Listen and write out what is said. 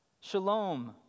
Shalom